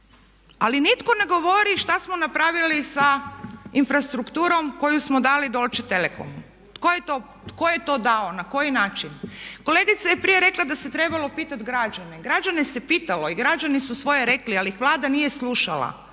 Ali nitko ne govorio šta smo napravili sa infrastrukturom koju smo dali Deutsche telekomu, tko je to dao, na koji način? Kolegica je prije rekla da se trebalo pitati građane, građane se pitalo i građani su svoje rekli ali ih Vlada nije slušala